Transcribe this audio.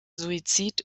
suizid